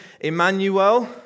Emmanuel